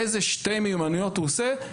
איזה שתי מיומנויות הוא עושה,